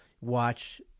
watch